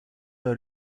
are